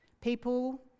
People